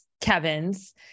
Kevin's